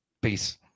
Peace